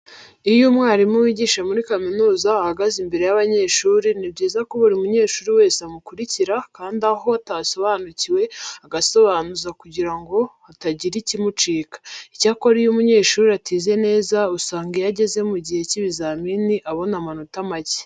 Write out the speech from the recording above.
Iyo umwarimu wigisha muri kaminuza ahagaze imbere y'abanyeshuri ni byiza ko buri munyeshuri wese amukurikira kandi aho atasobanukiwe agasobanuza kugira ngo hatagira ikimucika. Icyakora iyo umunyeshuri atize neza usanga iyo ageze mu gihe cy'ibizamini abona amanota make.